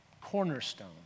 Cornerstone